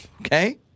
Okay